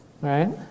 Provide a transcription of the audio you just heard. right